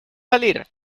salir